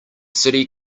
city